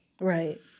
Right